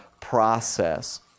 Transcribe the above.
process